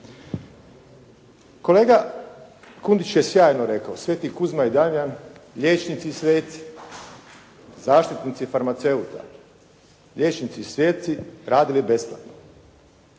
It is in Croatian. Kolega Kundić je sjajno rekao, Sv. Kuzma i Damjan, liječnici i sveci, zaštitnici farmaceuta, liječnici sveci radili besplatno.